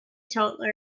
said